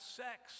sex